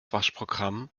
waschprogramm